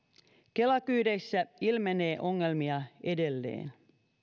kela kyydeissä ilmenee ongelmia edelleen